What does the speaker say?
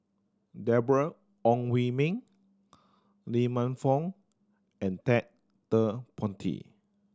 Deborah Ong Hui Min Lee Man Fong and Ted De Ponti